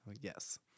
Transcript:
Yes